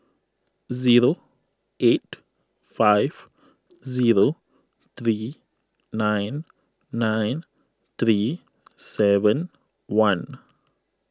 zero eight five zero three nine nine three seven one